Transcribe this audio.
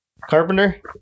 carpenter